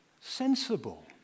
sensible